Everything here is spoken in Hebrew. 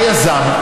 בא יזם,